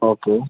okay